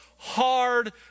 hard